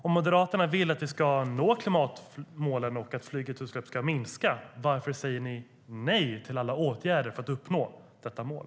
Om Moderaterna vill att vi ska nå klimatmålen och att flyget ska minska, varför säger ni då nej till alla åtgärder för att uppnå detta mål?